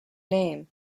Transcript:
name